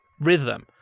rhythm